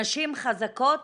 נשים חזקות